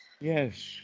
Yes